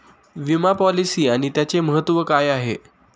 विमा पॉलिसी आणि त्याचे महत्व काय आहे?